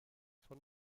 von